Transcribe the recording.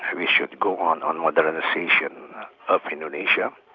we should go on on modernisation of indonesia.